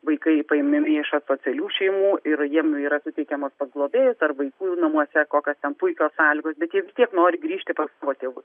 vaikai paimami iš asocialių šeimų ir jiem yra suteikiamos globėjas ar vaikų namuose kokios ten puikios sąlygos bet jie vis tiek nori grįžti pas savo tėvus